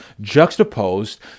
juxtaposed